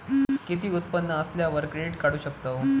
किती उत्पन्न असल्यावर क्रेडीट काढू शकतव?